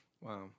Wow